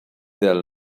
their